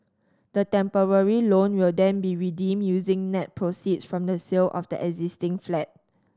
the temporary loan will then be redeemed using net proceeds from the sale of the existing flat